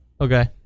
Okay